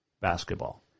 basketball